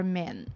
men